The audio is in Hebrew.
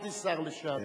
אמרתי שר לשעבר.